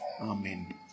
Amen